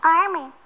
army